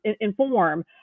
inform